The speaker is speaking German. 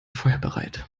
feuerbereit